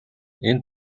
энэ